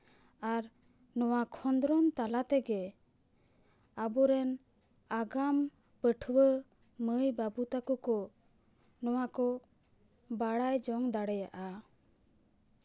ᱟᱨ ᱱᱚᱣᱟ ᱠᱷᱚᱸᱫᱽᱨᱚᱱ ᱛᱟᱞᱟ ᱛᱮᱜᱮ ᱟᱵᱚᱨᱮᱱ ᱟᱜᱟᱢ ᱯᱟᱹᱴᱷᱩᱣᱟᱹ ᱢᱟᱹᱭ ᱵᱟᱹᱵᱩ ᱛᱟᱠᱚᱼᱠᱚ ᱱᱚᱣᱟ ᱠᱚ ᱵᱟᱲᱟᱭ ᱡᱚᱝ ᱫᱟᱲᱮᱭᱟᱜᱼᱟ